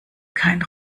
kein